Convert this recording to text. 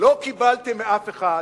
לא קיבלתם מאף אחד,